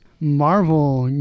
marvel